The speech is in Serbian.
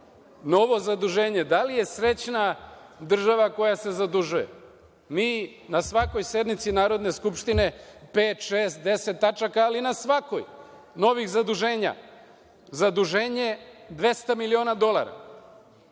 Novo zaduženje. Da li je srećna država koja se zadužuje? Mi na svakoj sednici Narodne skupštine pet, šest, deset tačaka, ali na svakoj, novih zaduženja. Zaduženje od 200 miliona dolara,